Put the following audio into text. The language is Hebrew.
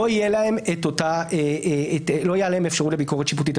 לא יהיה עליהן אפשרות לביקורת שיפוטית.